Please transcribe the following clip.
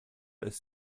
ist